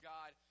God